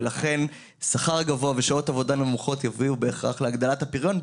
ולכן שכר גבוה ושעות עבודה נמוכות יביאו בהכרח להגדלת הפריון,